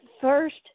first